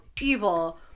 Evil